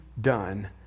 done